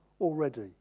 already